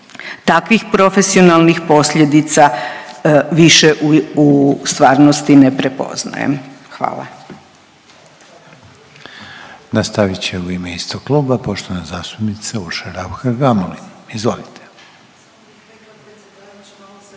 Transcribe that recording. Takvih profesionalnih posljedica više u stvarnosti ne prepoznajem. Hvala.